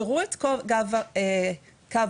תראו את קו המים,